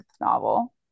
novel